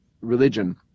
religion